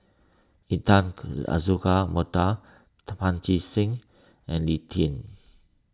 Intan Azura Mokhtar Pancy Seng and Lee Tjin